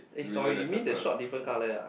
eh sorry you mean the short different colour ah